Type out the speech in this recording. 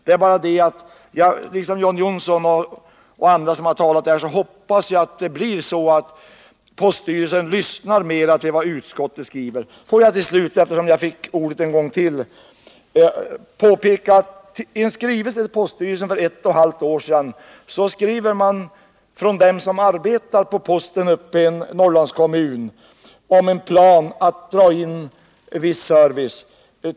I likhet med John Johnsson och andra hoppas jag att poststyrelsen lyssnar till vad utskottet uttalar. Med anledning av en planerad indragning av postservice i en Norrlandskommun för ca ett och ett halvt år sedan framhöll de som arbetade med posten där tre oerhört viktiga saker i en skrivelse till poststyrelsen.